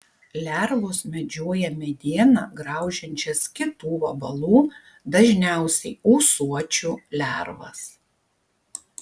lervos medžioja medieną graužiančias kitų vabalų dažniausiai ūsuočių lervas